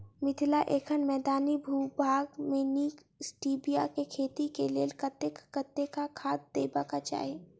मिथिला एखन मैदानी भूभाग मे नीक स्टीबिया केँ खेती केँ लेल कतेक कतेक खाद देबाक चाहि?